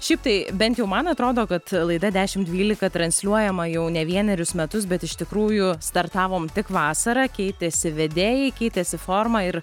šiaip tai bent jau man atrodo kad laida dešim dvylika transliuojama jau ne vienerius metus bet iš tikrųjų startavom tik vasarą keitėsi vedėjai keitėsi formą ir